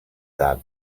that